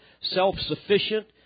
self-sufficient